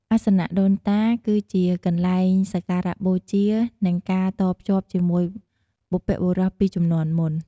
អាសនៈដូនតា គឺជាកន្លែងសក្ការៈបូជា និងការតភ្ជាប់ជាមួយបុព្វបុរសពីជំនាន់មុន។